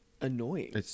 annoying